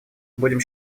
будем